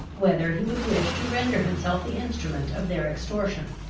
whether he would wish to render himself the instrument of their extortion.